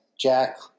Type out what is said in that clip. Jack